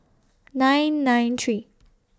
nine nine three